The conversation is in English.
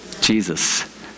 Jesus